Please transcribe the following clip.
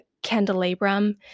Candelabrum